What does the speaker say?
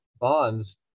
bonds